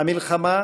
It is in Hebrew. המלחמה,